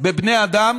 בבני אדם